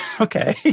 Okay